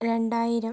രണ്ടായിരം